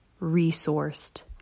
resourced